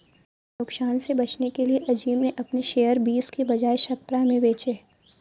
नुकसान से बचने के लिए अज़ीम ने अपने शेयर बीस के बजाए सत्रह में बेचे